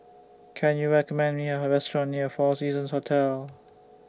Can YOU recommend Me A Restaurant near four Seasons Hotel